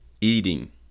eating